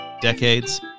decades